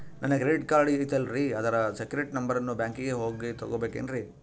ನನ್ನ credit card ಐತಲ್ರೇ ಅದರ ಸೇಕ್ರೇಟ್ ನಂಬರನ್ನು ಬ್ಯಾಂಕಿಗೆ ಹೋಗಿ ತಗೋಬೇಕಿನ್ರಿ?